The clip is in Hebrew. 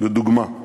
לדוגמה,